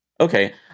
Okay